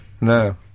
No